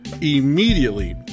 immediately